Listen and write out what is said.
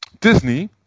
Disney